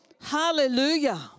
Hallelujah